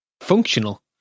functional